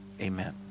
Amen